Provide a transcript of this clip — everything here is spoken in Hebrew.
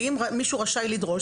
אם מישהו רשאי לדרוש,